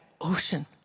ocean